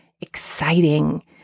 exciting